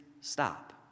stop